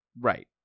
Right